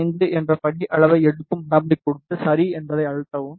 05 என்ற படி அளவை எடுக்கும் வரம்பைக் கொடுத்து சரி என்பதை அழுத்தவும்